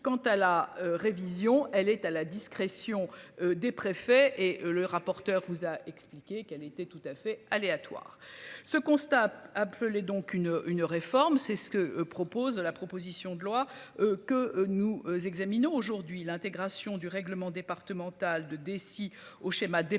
Quant à la révision, elle est à la discrétion des préfets et le rapporteur vous a expliqué qu'elle était tout à fait aléatoire. Ce constat. Un peu les donc une une réforme, c'est ce que propose la proposition de loi que nous examinons aujourd'hui l'intégration du règlement départemental de Dessy au schéma départemental